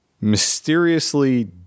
mysteriously